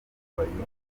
abayobozi